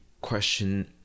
question